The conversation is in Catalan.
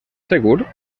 segur